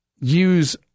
use